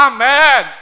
Amen